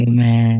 Amen